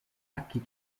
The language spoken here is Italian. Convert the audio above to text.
archi